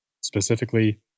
specifically